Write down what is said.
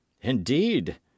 Indeed